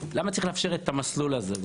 למה צריך לאפשר את המסלול הזה בכלל?